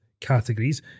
categories